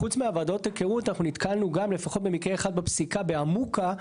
חוץ מוועדות היכרות אנחנו נתקלנו גם לפחות במקרה אחד בפסיקה בעמוקה,